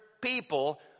people